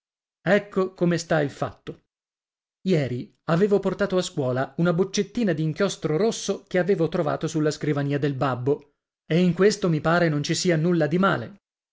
ecco come sta il fatto ieri avevo portato a scuola una boccettina d'inchiostro rosso che avevo trovato sulla scrivania del babbo e in questo mi pare non ci sia nulla di male